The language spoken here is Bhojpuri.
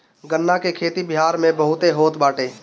गन्ना के खेती बिहार में बहुते होत बाटे